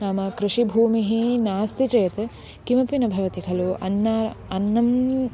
नाम कृषिभूमिः नास्ति चेत् किमपि न भवति खलु अन्नम् अन्नम्